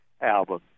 album